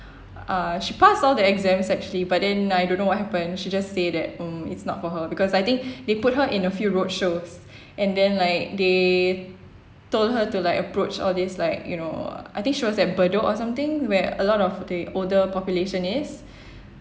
uh she passed all the exams actually but then I don't know what happened she just say that um it's not for her because I think they put her in a few roadshows and then like they told her to like approach all these like you know I think she was at bedok or something where a lot of the older population is